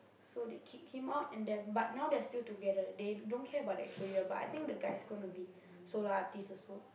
so they kick him out and then but now they're still together they don't care about their career but I think the guy's gonna be solo artiste also